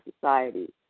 society